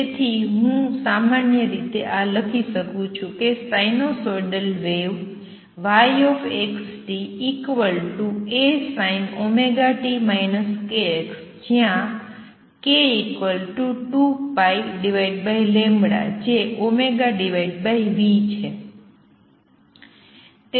તેથી હું સામાન્ય રીતે લખી શકું છું કે sinusoidal wave yxt ASinωt kx જ્યાં k 2πλ જે v છે